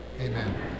Amen